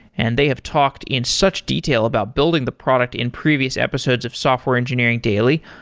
and they have talked in such detail about building the product in previous episodes of software engineering daily.